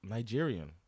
Nigerian